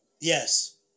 Yes